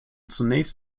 zunächst